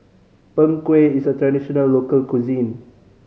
Png Kueh is a traditional local cuisine